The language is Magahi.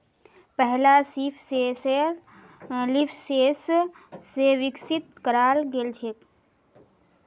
पहला लीफ सेंसर लीफसेंस स विकसित कराल गेल छेक